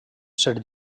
ser